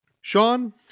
Sean